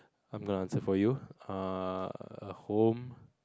I'm gonna answer for you err a home